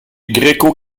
gréco